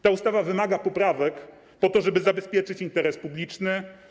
Ta ustawa wymaga poprawek, po to żeby zabezpieczyć interes publiczny.